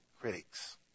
critics